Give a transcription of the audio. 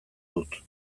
dut